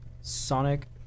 Sonic